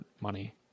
money